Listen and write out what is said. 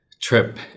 trip